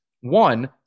One